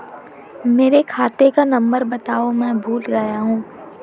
मेरे खाते का नंबर बताओ मैं भूल गया हूं